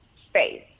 space